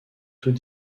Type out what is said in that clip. toute